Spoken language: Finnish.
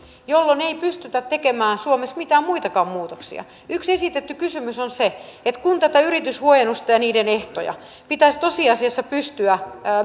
jolloin ei pystytä tekemään suomessa mitään muitakaan muutoksia yksi esitetty kysymys on se että kun tätä yrityshuojennusta ja sen ehtoja pitäisi tosiasiassa pystyä